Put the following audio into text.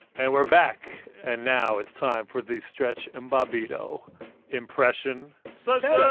and we're back. and now, it's time for the stretch and bobbito impression so so